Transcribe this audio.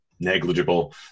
negligible